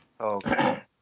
Okay